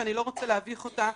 שאני לא רוצה להביך אותה,